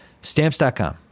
Stamps.com